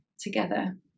together